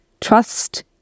trust